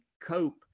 cope